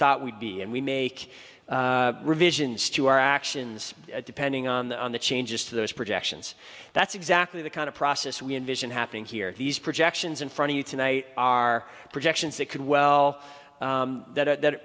thought we'd be and we make revisions to our actions depending on the on the changes to those projections that's exactly the kind of process we envision happening here these projections in front of you tonight are projections that could well that